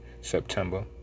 September